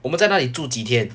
我们在那里住几天